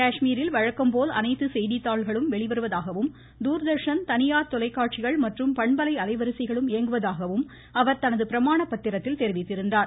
காஷ்மீரில் வழக்கம் போல் அனைத்து செய்தித்தாள்களும் வெளிவருவதாகவும் தூர்தர்ஷன் தனியார் தொலைக்காட்சிகள் மற்றும் பண்பலை அலைவரிசைகளும் இயங்குவதாகவும் அவர் தனது பிரமாண பத்திரத்தில் தெரிவித்திருந்தார்